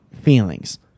feelings